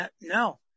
No